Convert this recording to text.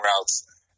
routes